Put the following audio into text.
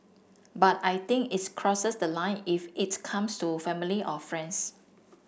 but I think its crosses the line if its comes to family or friends